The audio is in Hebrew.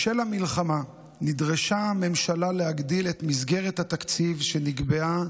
בשל המלחמה נדרשה הממשלה להגדיל את מסגרת התקציב שנקבעה